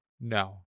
no